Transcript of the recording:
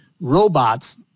Robots